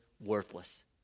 worthless